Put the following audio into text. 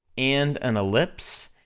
and an ellipse,